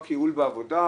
רק ייעול בעבודה,